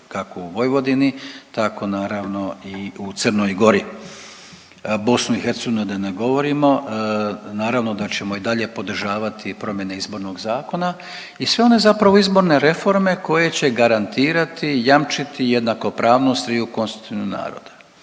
kako u Vojvodini, tako naravno i u Crnoj Gori. Bosnu i Hercegovinu da ne govorimo. Naravno da ćemo i dalje podržavati promjene Izbornog zakona i sve one zapravo izborne reforme koje će garantirati, jamčiti jednakopravnost triju konstitutivnih naroda